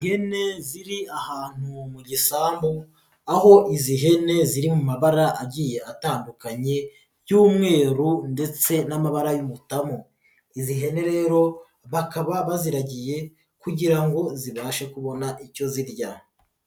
Ihene ziri ahantu mu gisambu, aho izi hene ziri mu mabara agiye atandukanye, y'umweru ndetse n'amabara y'umutamu, izi hene rero bakaba baziragiye kugira ngo zibashe kubona icyo zirya.